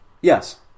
Yes